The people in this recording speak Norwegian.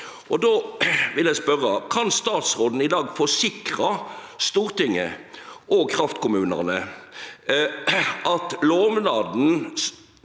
Kan statsråden i dag forsikre Stortinget og kraftkommunane at lovnaden